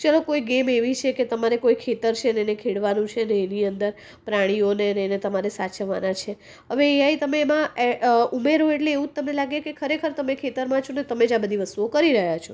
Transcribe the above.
ચાલો કોઈ ગેમ એવી છે કે તમારે કોઈ ખેતર છે ને એને ખેડવાનું છે ને એની અંદર પ્રાણીઓને એને સાચવવાના છે હવે એઆઈ તમે એમાં એ ઉમેરો એટલે એવું જ તમને લાગે કે ખરેખર તમે ખેતરમાં છો અને તમે જ આ બધી વસ્તુ કરી રહ્યા છો